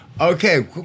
Okay